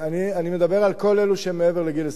אני מדבר על כל אלו שהם מעבר לגיל 22,